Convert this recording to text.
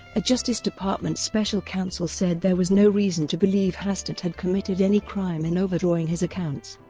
a justice department special counsel said there was no reason to believe hastert had committed any crime in overdrawing his accounts.